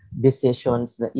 decisions